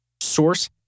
Source